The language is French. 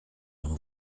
l’on